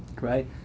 Right